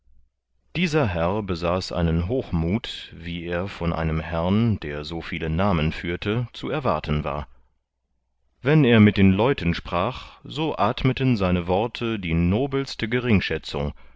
dieser herr besaß einen hochmuth wie er von einem herrn der so viele namen führte zu erwarten war wenn er mit den leuten sprach so athmeten seine worte die nobelste geringschätzung